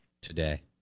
today